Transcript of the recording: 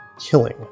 killing